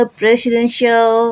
presidential